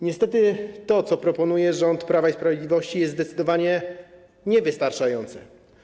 Niestety to, co proponuje rząd Prawa i Sprawiedliwości, jest zdecydowanie niewystarczające.